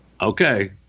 okay